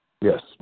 Yes